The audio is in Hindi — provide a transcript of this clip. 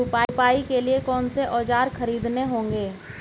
रोपाई के लिए कौन से औज़ार खरीदने होंगे?